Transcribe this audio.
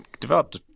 developed